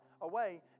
away